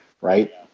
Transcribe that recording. right